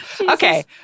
Okay